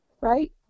right